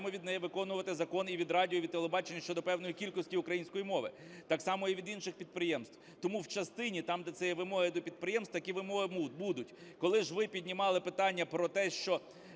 від неї виконувати закон і від радіо, і від телебачення щодо певної кількості української мови, так само і від інших підприємств. Тому в частині там, де ці є вимоги до підприємств, такі вимоги будуть. Коли ж ви піднімали питання про те, що